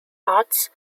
arts